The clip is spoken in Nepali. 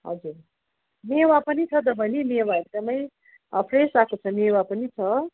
हजुर मेवा पनि छ त बहिनी मेवा एकदमै फ्रेस आएको छ मेवा पनि छ